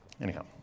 Anyhow